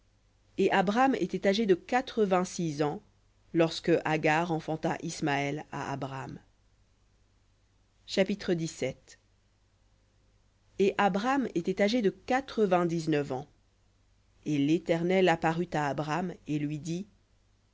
et abram était âgé de quatre-vingt-six ans lorsque agar enfanta ismaël à abram chapitre et abram était âgé de quatre-vingt-dix-neuf ans et l'éternel apparut à abram et lui dit